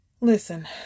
listen